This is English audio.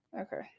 okay